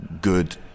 good